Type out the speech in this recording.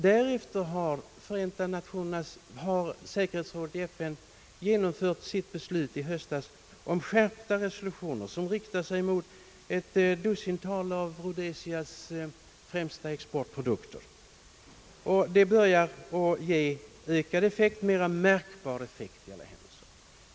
Sedan har säkerhetsrådet i FN i höstas fattat sitt beslut om skärpta resolutioner, som riktar sig mot ett dussintal av Rhodesias främsta exportprodukter. Detta bör efter hand ge mera märkbar effekt.